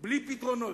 בלי לתת פתרונות.